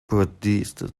predicted